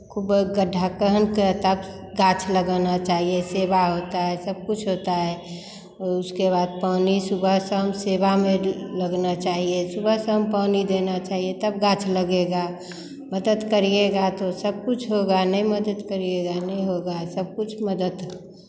खूब गड्ढा खान कर तब गाछ लगाना चाहिये सेवा होता है सब कुछ होता है उसके बाद पानी सुबह शाम सेवा में लगना चाहिये सुबह शाम पानी देना चाहिये तब गाछ लगेगा मदद करियेगा तो सब कुछ होगा नहीं मदद करियेगा नहीं होगा सब कुछ मदद